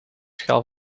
schaal